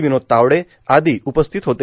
विनोद तावडे आदी उपस्थित होते